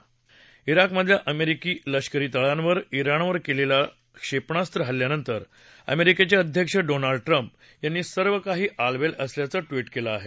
ा रोकमधल्या अमेरिकी लष्करी तळांवर तिणनं केलेल्या क्षेपणास्त्र हल्ल्यानंतर अमेरिकेचे अध्यक्ष डोनाल्ड ट्रम्प यांनी सर्व काही आलबेल असल्याचं ट्विट केलं आहे